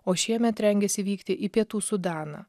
o šiemet rengiasi vykti į pietų sudaną